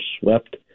swept